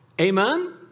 Amen